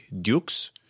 Duke's